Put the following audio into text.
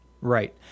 Right